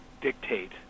dictate